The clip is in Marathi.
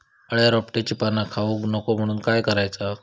अळ्या रोपट्यांची पाना खाऊक नको म्हणून काय करायचा?